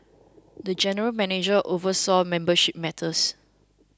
the general manager oversaw membership matters